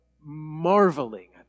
marveling